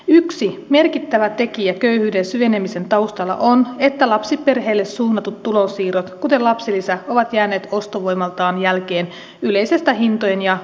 yksi merkittävä tekijä köyhyyden syvenemisen taustalla on että lapsiperheille suunnatut tulonsiirrot kuten lapsilisä ovat jääneet ostovoimaltaan jälkeen yleisestä hintojen ja ansiotulojen noususta